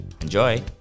Enjoy